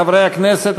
חברי הכנסת,